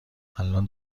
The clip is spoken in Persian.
الان